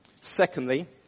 Secondly